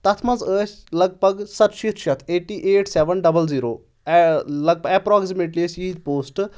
تتھ منٛز ٲسۍ لگ بگ ستہٕ شیٖتھ شیٚتھ eighty eight seven double zero لگ بگ ایٚپراکسِمیٹلی ٲسۍ یِیٖتۍ پوسٹ